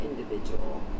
individual